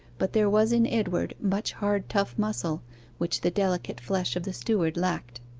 but there was in edward much hard tough muscle which the delicate flesh of the steward lacked.